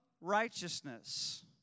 righteousness